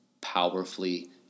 powerfully